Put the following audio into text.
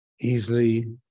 easily